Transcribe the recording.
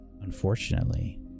Unfortunately